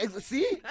see